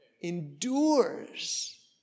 endures